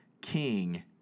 king